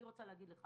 אני רוצה להגיד לך